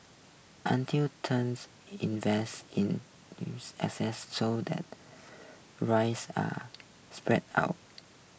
until turns invest in news assets so that rise are spread out